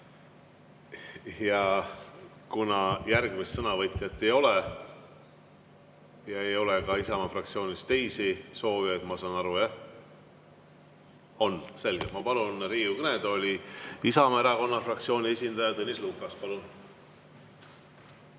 Ja kuna järgmist sõnavõtjat ei ole ja ei ole ka Isamaa fraktsioonist teisi soovijaid, ma saan aru, jah? On. Selge. Ma palun Riigikogu kõnetooli Isamaa Erakonna fraktsiooni esindaja. Tõnis Lukas, palun!